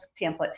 template